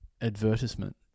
advertisement